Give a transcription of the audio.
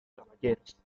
caballeros